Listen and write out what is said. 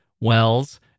Wells